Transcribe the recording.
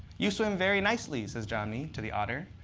you swim very nicely, says jomny to the otter.